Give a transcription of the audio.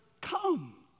Come